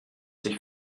sich